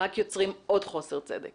רק יוצרים עוד חוסר צדק